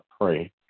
pray